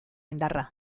indarra